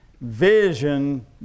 vision